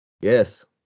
Yes